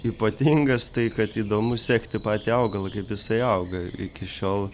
ypatingas tai kad įdomu sekti patį augalą kaip jisai auga iki šiol